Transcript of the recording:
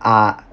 are